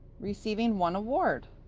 receiving one award.